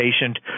patient